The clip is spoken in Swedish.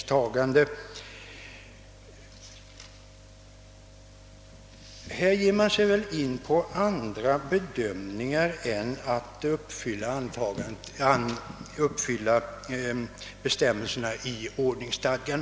Här ger man sig in på andra bedömningar än att uppfylla bestämmelserna i ordningsstadgan.